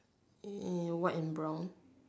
white and brown